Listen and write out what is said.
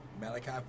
Malachi